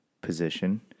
position